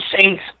saints